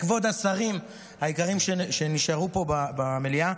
כבוד השרים היקרים שנשארו פה במליאה,